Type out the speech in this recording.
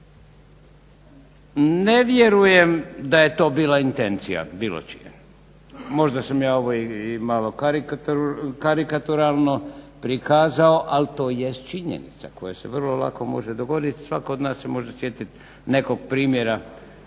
Ne vjerujem da je to bila intencija bilo čija. Možda sam ja ovo i malo karikaturalno prikazao, ali to jest činjenica koja se vrlo lako može dogoditi. Svatko od nas se može sjetiti nekog primjera,